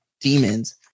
demons